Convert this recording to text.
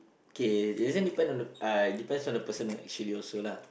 okay this one depends on the uh depends on the person actually also lah